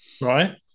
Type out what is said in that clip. Right